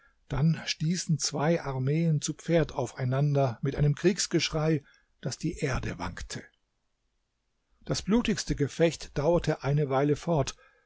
dann stießen zwei armeen zu pferd aufeinander mit einem kriegsgeschrei daß die erde wankte das blutigste gefecht dauerte eine weile fort